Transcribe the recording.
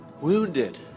Wounded